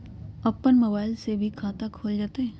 अपन मोबाइल से भी खाता खोल जताईं?